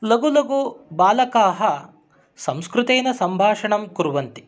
लघुलघुबालकाः संस्कृतेन सम्भाषणं कुर्वन्ति